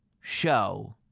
show